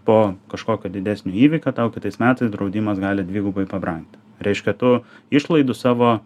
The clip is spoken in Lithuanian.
po kažkokio didesnio įvykio tau kitais metais draudimas gali dvigubai pabrangti reiškia tu išlaidų savo